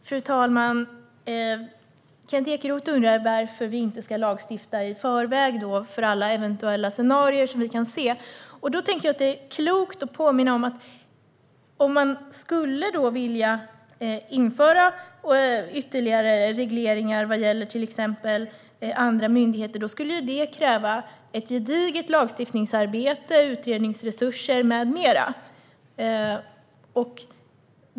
Fru talman! Kent Ekeroth undrar varför vi inte ska lagstifta i förväg för alla eventuella scenarier som vi kan tänkas se framför oss. Det är då klokt att påminna om att det skulle krävas ett gediget lagstiftningsarbete, utredningsresurser med mera om man skulle vilja införa ytterligare regleringar vad gäller till exempel andra myndigheter.